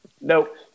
nope